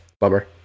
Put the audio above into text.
bummer